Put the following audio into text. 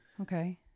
Okay